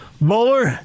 Bowler